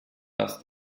das